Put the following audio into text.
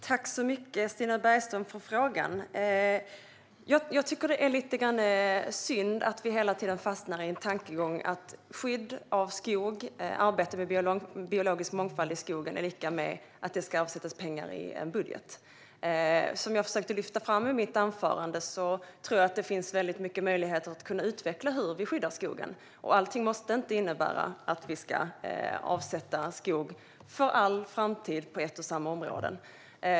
Herr talman! Tack, Stina Bergström, för frågan! Jag tycker att det är synd att vi hela tiden fastnar i tankegången att skydd av skog och arbete med biologisk mångfald i skogen är lika med att det ska avsättas pengar i en budget. Som jag försökte att lyfta fram i mitt anförande tror jag att det finns stora möjligheter att kunna utveckla hur vi skyddar skogen. Allting måste inte innebära att vi ska avsätta skog för all framtid på ett och samma område.